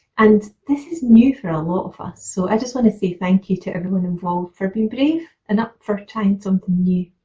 and this is new for a lot of us, so i just want to say thank you to everyone involved for being brave and ah for trying something new.